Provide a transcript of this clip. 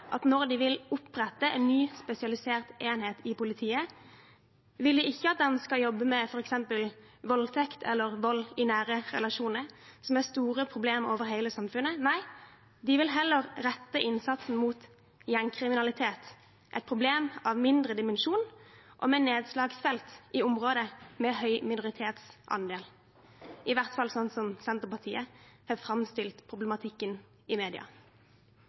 at når de vil opprette en ny spesialisert enhet i politiet, vil de ikke at den skal jobbe med f.eks. voldtekt eller vold i nære relasjoner, som er store problemer over hele samfunnet. Nei, de vil heller rette innsatsen mot gjengkriminalitet – et problem av mindre dimensjon og med nedslagsfelt i områder med høy minoritetsandel – i hvert fall slik Senterpartiet har framstilt problematikken i